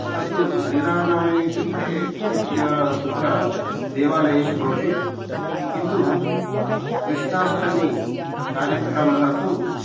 एतत्तु श्रीरामनवमी इत्युक्ते यत् या तत्र देवालयेषु भवति किन्तु कृष्णाष्टमी कार्यक्रमः तु